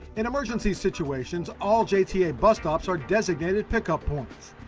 in emergency situations, all jta bus stops are designated pick up points.